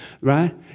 right